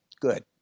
good